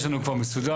יש לנו כבר מסודר.